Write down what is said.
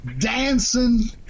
dancing